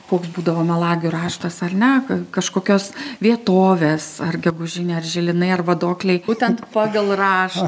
koks būdavo melagių raštas ar ne kažkokios vietovės ar gegužinė ar žilinai ar vadokliai būtent pagal raš